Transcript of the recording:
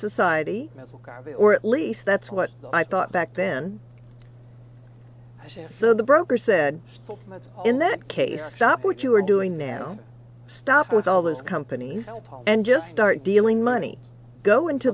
society as a garbage or at least that's what i thought back then so the broker said still that's in that case stop what you are doing now stop with all those companies and just start dealing money go into